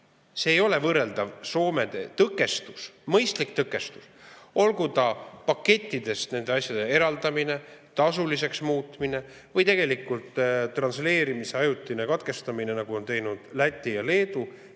Need ei ole võrreldavad. Tõkestus, mõistlik tõkestus, olgu see pakettidest nende asjade eraldamine, tasuliseks muutmine või transleerimise ajutine katkestamine, nagu on teinud Läti ja Leedu,